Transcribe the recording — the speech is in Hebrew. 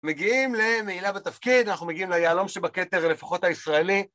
מגיעים למעילה בתפקיד, אנחנו מגיעים ליהלום שבכתר, לפחות הישראלי